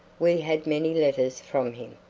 we had many letters from him,